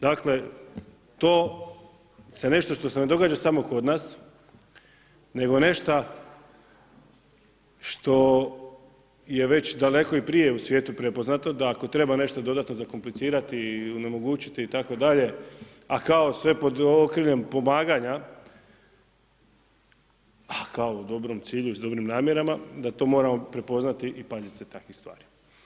Dakle to za nešto što se ne događa samo kod nas nego nešto što je već daleko i prije u svijetu prepoznato da ako treba nešto dodatno zakomplicirati i onemogućiti itd., a kao sve pod okriljem pomaganja a kao u dobrom cilju i s dobrim namjerama da to moramo prepoznati i paziti takve stvari.